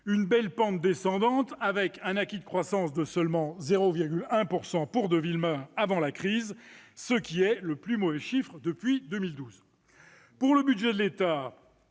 Une belle pente descendante, avec un acquis de croissance de seulement 0,1 % pour 2020, avant la crise, ce qui est le plus mauvais chiffre depuis 2012. Ceux du déficit du budget de l'État,